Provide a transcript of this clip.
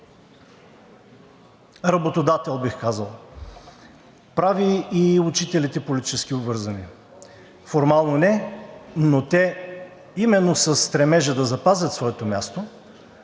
работодател, бих казал, прави и учителите политически обвързани? Формално не, но те именно със стремежа да запазят своето място,